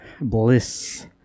Bliss